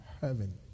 heaven